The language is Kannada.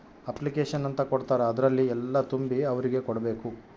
ಅಪ್ಲಿಕೇಷನ್ ಅಂತ ಕೊಡ್ತಾರ ಅದ್ರಲ್ಲಿ ಎಲ್ಲ ತುಂಬಿ ಅವ್ರಿಗೆ ಕೊಡ್ಬೇಕು